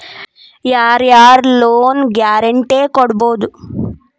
ಯಾರ್ ಯಾರ್ loan guarantee ಕೊಡ್ಬೊದು?